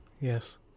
Yes